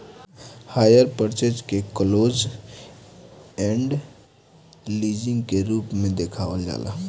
hire purchase के close end leasing के रूप में देखावल जाला